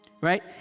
right